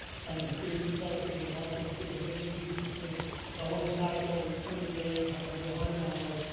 trying to increase the subsidy and also give a mixed use between if i want to cycle so many days, i could get one hundred dollars,